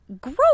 gross